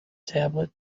tablet